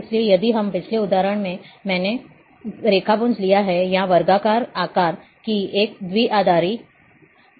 इसलिए यदि हम पिछले उदाहरण में मैंने रेखापुंज लिया है या वर्गाकार आकार की एक द्विआधारी छवि